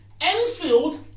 Enfield